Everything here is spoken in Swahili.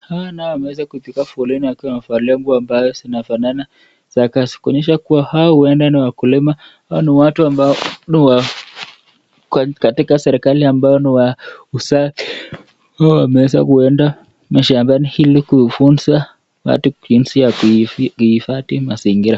Hao nao wameweza kupiga foleni wakiwa wamevalia nguo ambayo zinafanana za kazi kuonyesha kuwa hao huenda ni wakulima. Hao ni watu ambao ni wa katika serikali ambao ni wa usafi ambao wameweza kuenda mashambani ili kufunza watu jinsi ya kuhifadhi mazingira.